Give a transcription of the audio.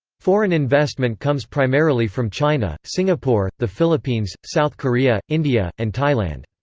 foreign investment comes primarily from china, singapore, the philippines, south korea, india, and thailand.